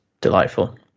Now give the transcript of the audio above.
delightful